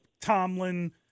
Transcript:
Tomlin